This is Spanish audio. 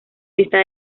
esta